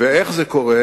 ואיך זה קורה,